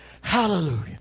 Hallelujah